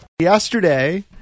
Yesterday